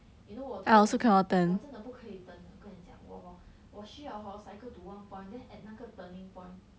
you know 我 turn 的我真的不可以 turn 我跟你讲我我需要 hor cycle to one point then at 那个 turning point